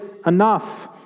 Enough